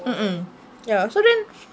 mm mm ya so then